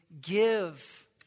give